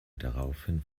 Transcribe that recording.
daraufhin